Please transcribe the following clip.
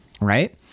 right